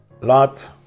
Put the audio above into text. Lot